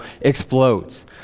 explodes